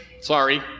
Sorry